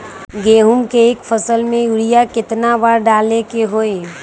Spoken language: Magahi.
गेंहू के एक फसल में यूरिया केतना बार डाले के होई?